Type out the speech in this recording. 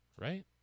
Right